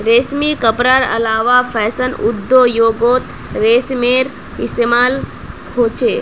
रेशमी कपडार अलावा फैशन उद्द्योगोत रेशमेर इस्तेमाल होचे